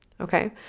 Okay